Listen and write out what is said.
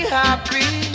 happy